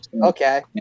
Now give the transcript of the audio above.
Okay